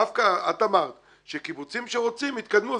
דווקא את אמרת שקיבוצים שרוצים, יתקדמו.